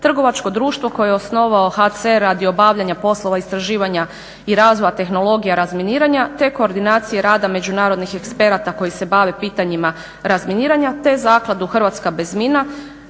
trgovačko društvo koje je osnovao HCR-a radi obavljanja poslova istraživanja i razvoja tehnologija razminiranja te koordinacije rada međunarodnih eksperata koji se bave pitanjima razminiranja te Zakladu Hrvatska bez mina